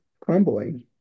crumbling